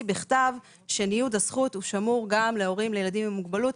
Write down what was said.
בכתב שניוד הזכות שמור גם להורים לילדים עם מוגבלות.